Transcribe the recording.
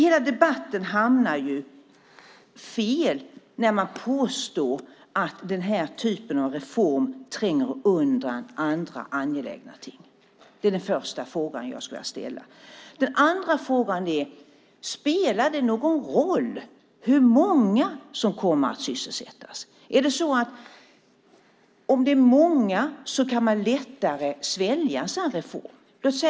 Hela debatten hamnar ju fel när man påstår att denna typ av reform tränger undan andra angelägna ting. Det är den ena delen jag skulle vilja fråga om. Den andra delen är: Spelar det någon roll hur många som kommer att sysselsättas? Är det så att man lättare kan svälja en sådan här reform om det är många?